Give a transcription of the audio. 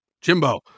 Jimbo